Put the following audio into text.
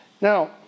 Now